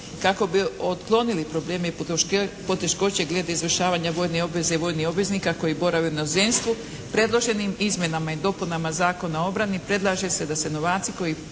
Kako bi otklonili probleme i poteškoće glede izvršavanja vojne obveze i vojnih obveznika koji borave u inozemstvu predloženim izmjenama i dopunama Zakona o obrani predlaže se da se novaci koji